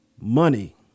money